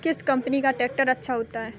किस कंपनी का ट्रैक्टर अच्छा होता है?